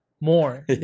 more